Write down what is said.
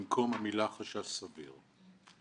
במקום המלה חשש סביר.